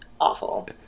awful